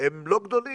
הם לא גדולים.